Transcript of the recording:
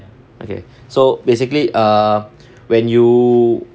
okay so basically err when you